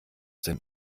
den